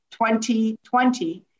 2020